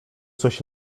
coś